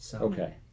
Okay